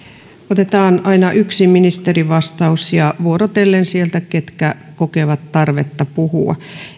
otetaan aina yksi ministerivastaus vuorotellen sieltä ketkä kokevat tarvetta puhua